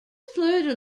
fleur